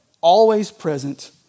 always-present